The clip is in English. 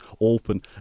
open